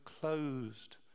closed